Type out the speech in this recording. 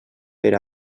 per